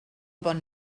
bon